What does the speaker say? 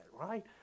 right